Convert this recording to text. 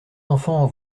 enfants